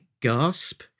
gasp